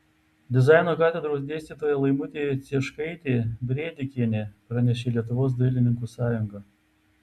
dizaino katedros dėstytoja laimutė cieškaitė brėdikienė pranešė lietuvos dailininkų sąjunga